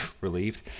relieved